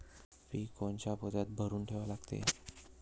पीक कोनच्या पोत्यात भरून ठेवा लागते?